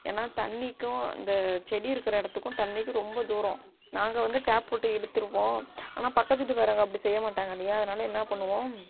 ஏனால் தண்ணிக்கும் இந்த செடி இருக்கிற இடத்துக்கும் தண்ணிக்கும் ரொம்ப தூரம் நாங்கள் வந்து டாப் போட்டு இழுத்துடுவோம் ஆனால் பக்கத்து வீட்டுக்காரங்க அப்படி செய்ய மாட்டாங்க இல்லையா அதனால் என்ன பண்ணுவோம்